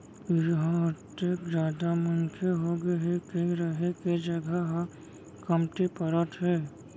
इहां अतेक जादा मनखे होगे हे के रहें के जघा ह कमती परत हे